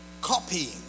copying